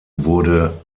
wurde